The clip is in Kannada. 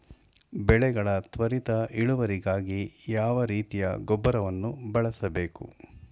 ಬೆಳೆಗಳ ತ್ವರಿತ ಇಳುವರಿಗಾಗಿ ಯಾವ ರೀತಿಯ ಗೊಬ್ಬರವನ್ನು ಬಳಸಬೇಕು?